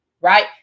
right